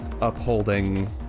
upholding